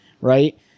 right